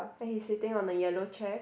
then he sitting on the yellow chair